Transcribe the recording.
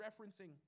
referencing